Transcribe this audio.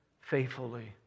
faithfully